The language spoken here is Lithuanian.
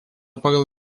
pagal